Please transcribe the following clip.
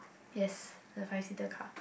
yes the five seater car